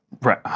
Right